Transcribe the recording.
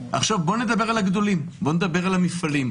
בואו נדבר על הגדולים, בואו נדבר על המפעלים.